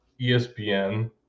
ESPN –